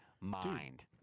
mind